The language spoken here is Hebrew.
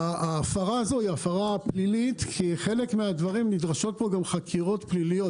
ההפרה הזאת היא פלילית כי נדרשות פה חקירות פליליות.